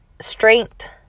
strength